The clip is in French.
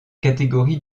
catégorie